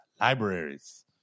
libraries